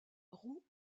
roux